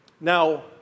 Now